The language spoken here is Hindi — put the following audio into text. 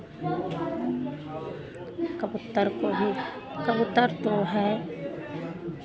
हम कबूतर को भी कबूतर तो है